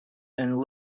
and